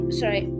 sorry